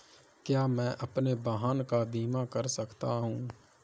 क्या मैं अपने वाहन का बीमा कर सकता हूँ?